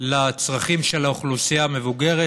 לצרכים של האוכלוסייה המבוגרת,